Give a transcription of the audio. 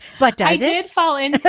but dies is falling